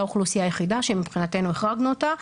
זו האוכלוסייה היחידה שמבחינתנו החרגנו אותה.